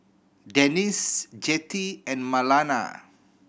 Denisse Jettie and Marlana